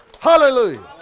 Hallelujah